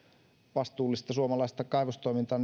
vastuullista suomalaista kaivostoimintaa